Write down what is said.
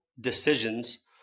decisions